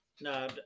No